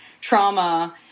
trauma